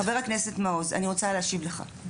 חבר הכנסת מעוז, אני רוצה להשיב לך.